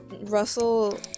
Russell